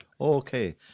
Okay